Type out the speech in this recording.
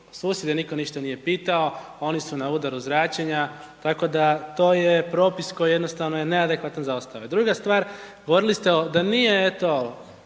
susjede nitko ništa nije pitao, a oni su na udaru zračenja, tako da, to je propis koji jednostavno je neadekvatan za ostale. Druga stvar, govorili ste o, da nije eto,